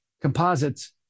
composites